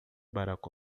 barack